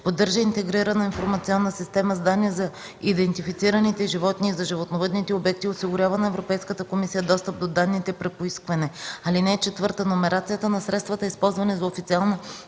поддържа Интегрирана информационна система с данни за идентифицираните животни и за животновъдните обекти и осигурява на Европейската комисия достъп до данните при поискване. (4) Номерацията на средствата, използвани за официална